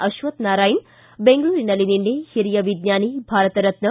ಅಶ್ವಥ್ ನಾರಾಯಣ ಬೆಂಗಳೂರಿನಲ್ಲಿ ನಿನ್ನೆ ಹಿರಿಯ ವಿಜ್ಞಾನಿ ಭಾರತ ರತ್ನ